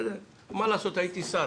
מה לעשות, הייתי שר.